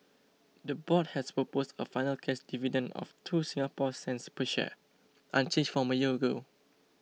the board has proposed a final cash dividend of two Singapore cents per share unchanged from a year ago